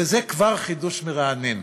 וזה כבר חידוש מרענן.